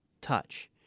touch